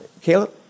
Caleb